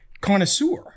connoisseur